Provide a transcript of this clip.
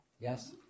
Yes